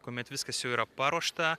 kuomet viskas jau yra paruošta